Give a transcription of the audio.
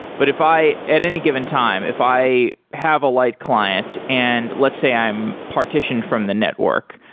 but if i at any given time, if i have a light client and let's say i am partitioned from the network,